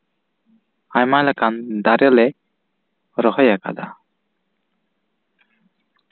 ᱟᱭᱢᱟ ᱞᱮᱠᱟᱱ ᱫᱟᱨᱮᱞᱮ ᱨᱚᱦᱚᱭ ᱟᱠᱟᱫᱟ